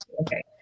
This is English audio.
okay